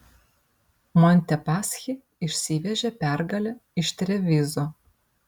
montepaschi išsivežė pergalę iš trevizo